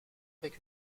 avec